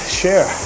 share